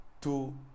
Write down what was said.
two